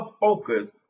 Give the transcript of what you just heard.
focus